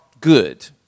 good